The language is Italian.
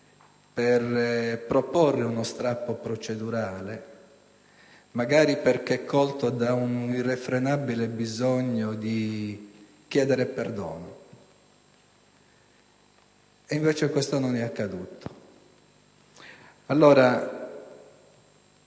per proporre uno strappo procedurale, magari perché colto da un irrefrenabile bisogno di chiedere perdono. Invece questo non è accaduto. Allora